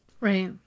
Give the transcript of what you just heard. Right